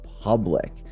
public